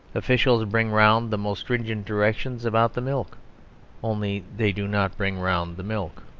officials bring round the most stringent directions about the milk only they do not bring round the milk.